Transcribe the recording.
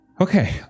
Okay